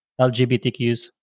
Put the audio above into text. LGBTQs